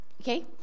Okay